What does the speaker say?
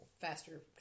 Faster